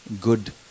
good